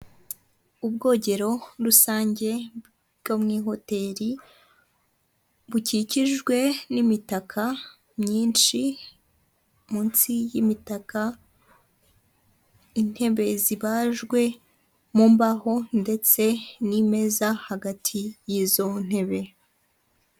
Ubwogero rusange bwo mu ihoteri, bukikijwe n'imitaka myinshi, munsi y'imitaka intebe zibajwe mu mbaho, ndetse n'imeza hagati y'izo ntebe.